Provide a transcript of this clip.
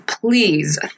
please